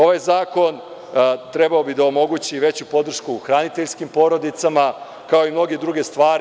Ovaj zakon trebao bi da omogući veću podršku hraniteljskim porodicama kao i mnoge druge stvari.